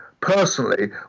personally